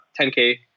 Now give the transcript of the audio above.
10K